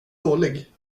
dålig